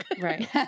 Right